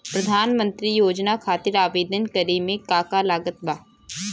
प्रधानमंत्री योजना खातिर आवेदन करे मे का का लागत बा?